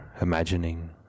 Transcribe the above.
imagining